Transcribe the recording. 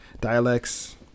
dialects